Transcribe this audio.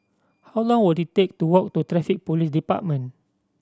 how long will it take to walk to Traffic Police Department